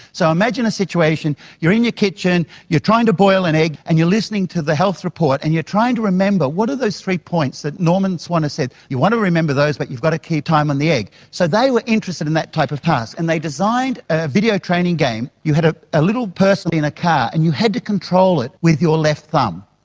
so imagine a situation, you're in your kitchen, you're trying to boil an egg and you are listening to the health report and you're trying to remember, what are those three points that norman swan has said? you want to remember those but you've got to keep time on the egg. so they were interested in that type of task, and they designed a video training game. you had a a little person in a car and you had to control it with your left thumb,